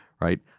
right